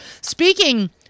speaking